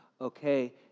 okay